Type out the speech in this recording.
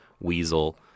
weasel